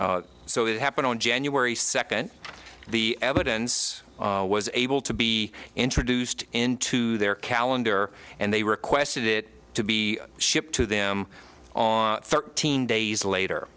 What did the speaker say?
so that happened on january second the evidence was able to be introduced into their calendar and they requested it to be shipped to them on thirteen days later